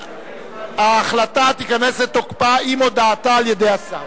ההחלטה תיכנס לתוקפה עם הודעת השר.